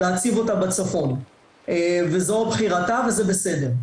להציב אותה בצפון וזו בחירתה וזה בסדר.